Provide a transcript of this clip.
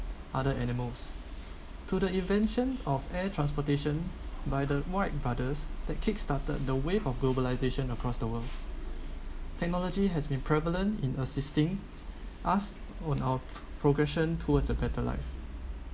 other animals to the invention of air transportation by the white brothers that kick started the wave of globalization across the world technology has been prevalent in assisting us on our progression towards a better life